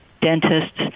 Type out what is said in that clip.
dentists